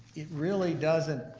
it really doesn't,